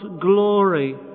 glory